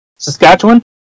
Saskatchewan